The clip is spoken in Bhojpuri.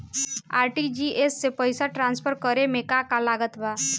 आर.टी.जी.एस से पईसा तराँसफर करे मे का का लागत बा?